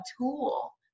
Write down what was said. tool